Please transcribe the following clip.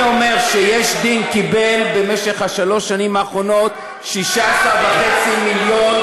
אם אני אומר ש"יש דין" קיבל במשך שלוש השנים האחרונות 16.5 מיליון,